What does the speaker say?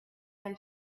been